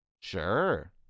Sure